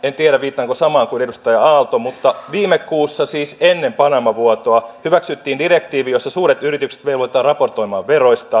en tiedä viittaanko samaan kuin edustaja aalto mutta viime kuussa siis ennen panama vuotoa hyväksyttiin direktiivi jossa suuret yritykset velvoitetaan raportoimaan veroistaan